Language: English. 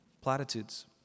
platitudes